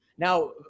Now